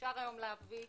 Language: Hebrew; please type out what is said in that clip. ואפשר היום להביא,